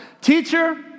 Teacher